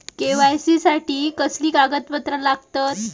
KYC साठी कसली कागदपत्र लागतत?